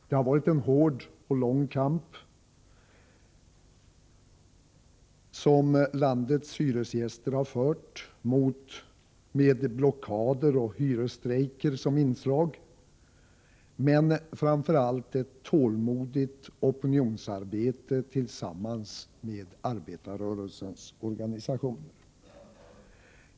Det har varit en hård och lång kamp, som landets hyresgäster har fört med blockader och hyresstrejker som inslag, men det har framför allt varit ett tålmodigt opinionsarbete tillsammans med arbetarrörelsens organisationer.